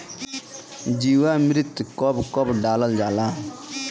जीवामृत कब कब डालल जाला?